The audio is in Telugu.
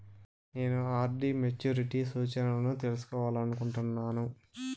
నేను నా ఆర్.డి మెచ్యూరిటీ సూచనలను తెలుసుకోవాలనుకుంటున్నాను